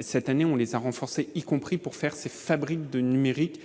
cette année, on les a renforcés, y compris pour faire ses fabrique du numérique